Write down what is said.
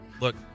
look